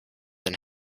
and